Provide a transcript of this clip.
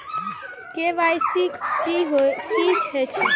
KYC की हे छे?